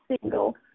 single